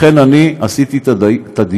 לכן אני עשיתי את הדיון,